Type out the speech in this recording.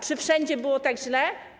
Czy wszędzie było tak źle?